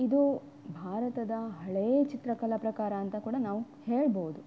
ಇದು ಭಾರತದ ಹಳೆಯ ಚಿತ್ರಕಲಾ ಪ್ರಕಾರ ಅಂತ ಕೂಡ ನಾವು ಹೇಳ್ಬೋದು